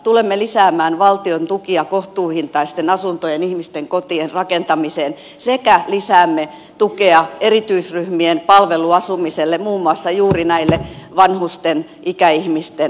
tulemme lisäämään valtion tukia kohtuuhintaisten asuntojen ihmisten kotien rakentamiseen sekä lisäämme tukea erityisryhmien palveluasumiselle muun muassa juuri näille vanhusten ikäihmisten asunnoille